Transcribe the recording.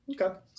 Okay